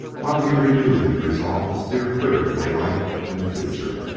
while he renewed his resolve to steer clear of daylight in the future.